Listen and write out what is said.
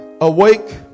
Awake